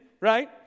Right